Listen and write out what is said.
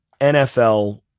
NFL